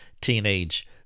teenage